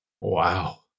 Wow